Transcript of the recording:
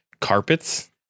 carpets